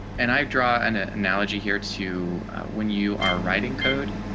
and i draw and an analogy here to when you are writing code,